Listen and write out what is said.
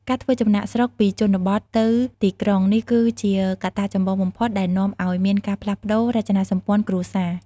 ការធ្វើចំណាកស្រុកពីជនបទទៅទីក្រុង: នេះគឺជាកត្តាចម្បងបំផុតដែលនាំឱ្យមានការផ្លាស់ប្ដូររចនាសម្ព័ន្ធគ្រួសារ។